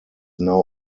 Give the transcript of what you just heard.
now